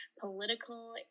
political